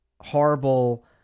horrible